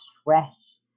stress